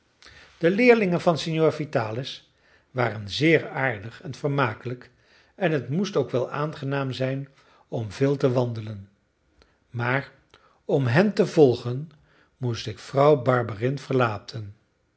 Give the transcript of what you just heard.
de leerlingen van signor vitalis waren zeer aardig en vermakelijk en het moest ook wel aangenaam zijn om veel te wandelen maar om hen te volgen moest ik vrouw barberin verlaten